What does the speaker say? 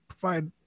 provide